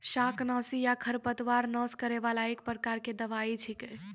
शाकनाशी या खरपतवार नाश करै वाला एक प्रकार के दवाई छेकै